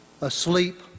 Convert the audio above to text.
asleep